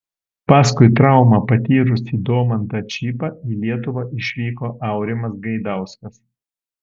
paskui traumą patyrusį domantą čypą į lietuvą išvyko aurimas gaidauskas